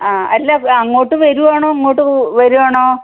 ആ അല്ല അങ്ങോട്ട് വരികയാണോ ഇങ്ങോട്ട് വരികയാണോ